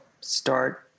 Start